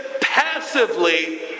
passively